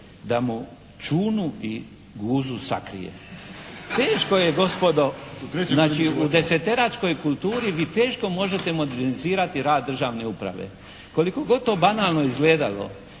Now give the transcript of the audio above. da mu čunu i guzu sakrije.". Teško je gospodo znači u deseteračkoj kulturu vi teško možete modernizirati rad državne uprave. Koliko god to banalno izgledalo